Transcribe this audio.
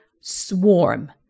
swarm